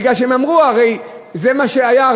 מפני שהם אמרו, הרי זה מה שהיה.